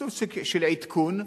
בסוג של עדכון,